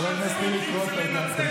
חבר הכנסת חילי טרופר,